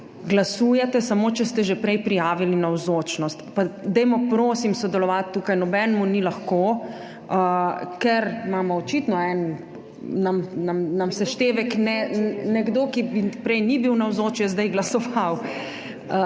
glasujete samo, če ste že prej prijavili navzočnost. Pa dajmo prosim sodelovati tukaj. Nobenemu ni lahko, ker je očitno nekdo, ki prej ni bil navzoč, zdaj glasoval.